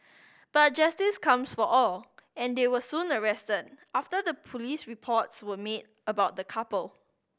but justice comes for all and they were soon arrested after the police reports were made about the couple